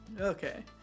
Okay